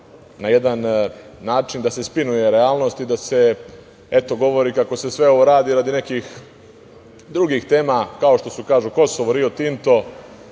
na jedan način da se spinuje realnost i da se, eto govori, kako se sve ovo radi radi nekih drugih tema kao što su, kažu Kosovo, Rio Tinto